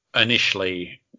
initially